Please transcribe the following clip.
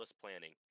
planning